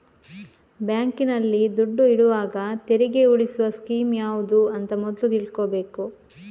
ಬ್ಯಾಂಕಿನಲ್ಲಿ ದುಡ್ಡು ಇಡುವಾಗ ತೆರಿಗೆ ಉಳಿಸುವ ಸ್ಕೀಮ್ ಯಾವ್ದು ಅಂತ ಮೊದ್ಲು ತಿಳ್ಕೊಬೇಕು